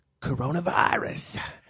coronavirus